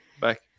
back